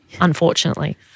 unfortunately